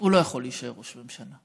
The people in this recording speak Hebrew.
הוא לא יכול להישאר ראש ממשלה.